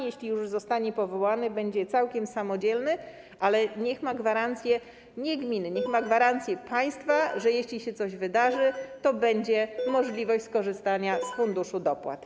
Jeśli już zostanie powołana, będzie całkiem samodzielna, ale niech ma gwarancję nie gminy, ale państwa, że jeśli coś się wydarzy, to będzie możliwość skorzystania z Funduszu Dopłat.